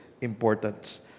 importance